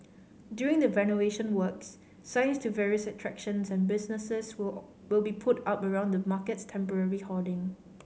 during the renovation works signs to various attractions and businesses will all will be put up around the market's temporary hoarding